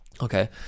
Okay